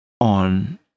on